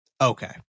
Okay